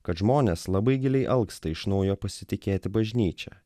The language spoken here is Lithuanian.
kad žmonės labai giliai alksta iš naujo pasitikėti bažnyčia